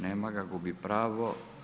Nema ga, gubi pravo.